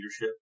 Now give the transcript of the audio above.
leadership